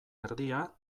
erdia